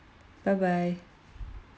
bye bye